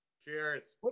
cheers